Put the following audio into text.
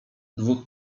dwóch